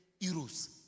euros